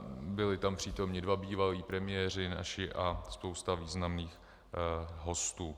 Byli tam přítomni dva bývalí premiéři naši a spousta významných hostů.